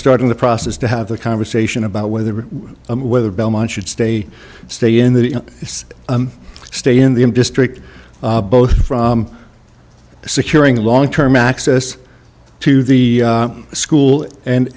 starting the process to have a conversation about whether or whether belmont should stay stay in the stay in the district both from securing long term access to the school and